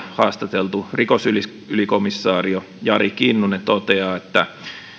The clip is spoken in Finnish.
haastateltu rikosylikomisario jari kinnunen toteaa että